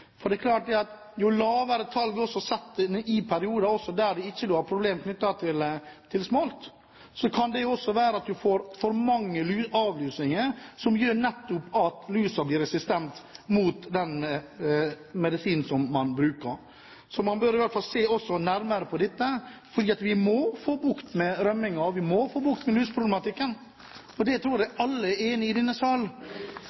for næringen, enten antallet hunnlus som sitter på fisken, eller bevegelige lus. Når det gjelder de lave tallene vi har sett i perioder da vi ikke har hatt problemer knyttet til smolt, kan det skyldes at det har vært for mange avlusinger, som gjør at lusa blir resistent mot den medisinen man bruker. Man bør i hvert all se nærmere på dette fordi vi må få bukt med rømmingen og lusproblematikken. Det tror jeg